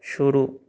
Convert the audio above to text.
शुरू